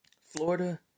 Florida